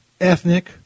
ethnic